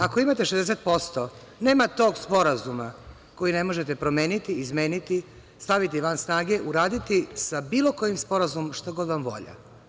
Ako imate 60% nema tog sporazuma koji ne možete promeniti, izmeniti, staviti van snage, uraditi sa bilo kojim sporazumom šta god vam volja.